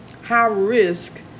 high-risk